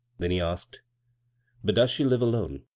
then he asked but does she live alone?